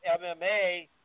MMA